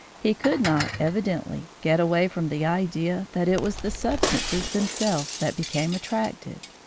he could not, evidently, get away from the idea that it was the substances themselves that became attractive.